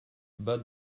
bat